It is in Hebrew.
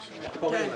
בהוצאה.